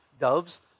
doves